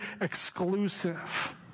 exclusive